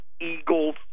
Eagles